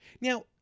now